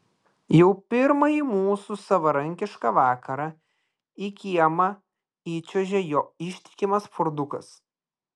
jau pirmąjį mūsų savarankišką vakarą į kiemą įčiuožia jo ištikimasis fordukas